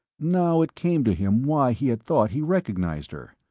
now it came to him why he had thought he recognized her.